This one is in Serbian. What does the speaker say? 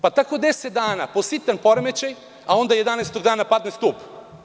Pa tako 10 dana po sitan poremećaj, a onda 11 dana padne stub.